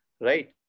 right